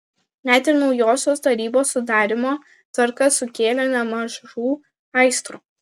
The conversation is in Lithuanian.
net ir naujosios tarybos sudarymo tvarka sukėlė nemažų aistrų